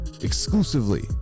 exclusively